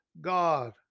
God